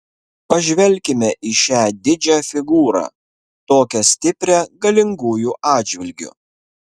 pažvelkime į šią didžią figūrą tokią stiprią galingųjų atžvilgiu